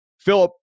Philip